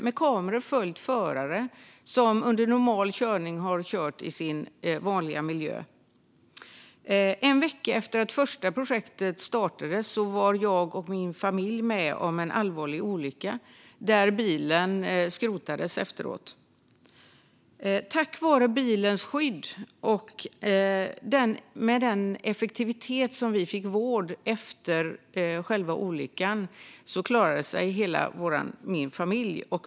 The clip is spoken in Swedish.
Med kameror följde vi förare under normal körning i sin vanliga miljö. En vecka efter att första projektet startades var jag och min familj med om en allvarlig olycka där bilen skrotades efteråt. Tack vare bilens skydd och den effektivitet med vilken vi fick vård efter själva olyckan klarade sig hela min familj.